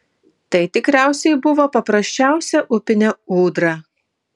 tai tikriausiai buvo paprasčiausia upinė ūdra